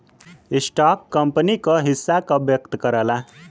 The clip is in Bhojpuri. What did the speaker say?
स्टॉक कंपनी क हिस्सा का व्यक्त करला